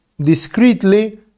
discreetly